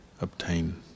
obtain